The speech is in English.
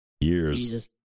years